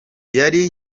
yari